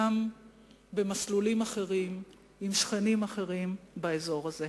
גם במסלולים אחרים עם שכנים אחרים באזור הזה.